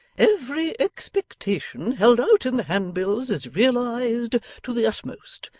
every expectation held out in the handbills is realised to the utmost,